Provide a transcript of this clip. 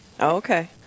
Okay